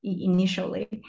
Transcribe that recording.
initially